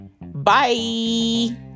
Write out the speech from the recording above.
Bye